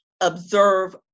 observe